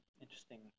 interesting